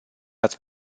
ați